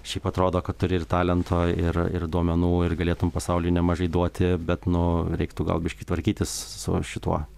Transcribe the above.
šiaip atrodo kad turi ir talento ir ir duomenų ir galėtum pasauliui nemažai duoti bet nu reiktų gal biškį tvarkytis su šituo